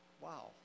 wow